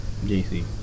JC